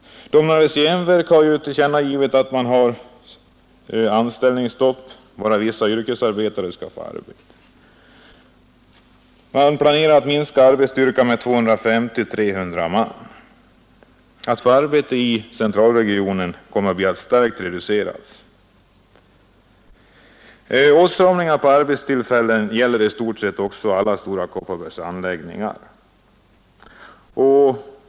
Domnarvets jernverk har nyligen tillkännagivit anställningsstopp, och bara vissa yrkesarbetare kan få arbete. Man planerar att minska arbetsstyrkan med 250-300 man. Möjligheten att få arbete i centralregionen kommer att bli starkt reducerad. Åtstramningar på arbetstillfällen gäller i stort sett i alla Stora Kopparbergs anläggningar.